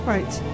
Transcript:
Right